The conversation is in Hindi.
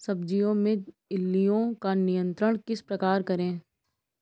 सब्जियों में इल्लियो का नियंत्रण किस प्रकार करें?